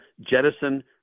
jettison